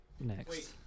next